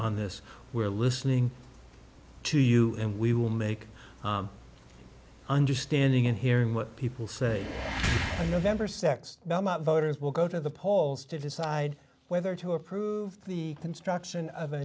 on this we're listening to you and we will make understanding in hearing what people say november th voters will go to the polls to decide whether to approve the construction of a